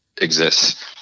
exists